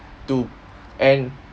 to end